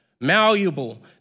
malleable